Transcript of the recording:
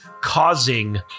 causing